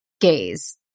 gaze